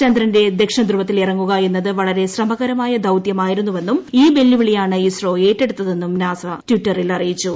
ചന്ദ്രന്റെ ദക്ഷിണധ്രുവത്തിൽ ഇറങ്ങുക എന്നത് വളരെ ശ്രമകരമായ ദൌത്യമായിരുന്നുവെന്നും ഈ വെല്ലുവിളിയാണ് ഇസ്രോ ഏറ്റെടുത്തതെന്നും നാസ ട്വിറ്ററിൽ അറിയിച്ചു